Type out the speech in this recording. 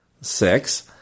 Six